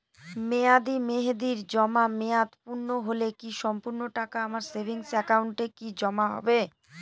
মেয়াদী মেহেদির জমা মেয়াদ পূর্ণ হলে কি সম্পূর্ণ টাকা আমার সেভিংস একাউন্টে কি জমা হবে?